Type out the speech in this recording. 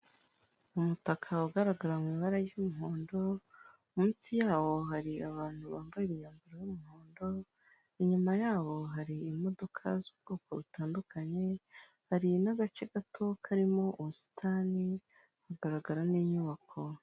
Umutaka ugaragara mu ibara ry'umuhondo munsi yawo hari abantu bambaye imyambaro y'umuhondo inyuma ya hari imodoka z'ubwoko butandukanye hari n'agace gato karimo ubusitani hagaragara n'inyubako.